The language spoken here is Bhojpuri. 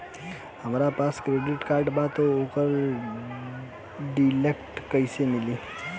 हमरा पास क्रेडिट कार्ड बा त ओकर डिटेल्स कइसे मिली?